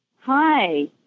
Hi